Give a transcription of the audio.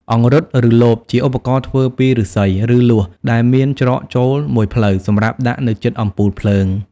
អង្រុត ឬលប ជាឧបករណ៍ធ្វើពីឫស្សី ឬលួសដែលមានច្រកចូលមួយផ្លូវ សម្រាប់ដាក់នៅជិតអំពូលភ្លើង។